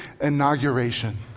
inauguration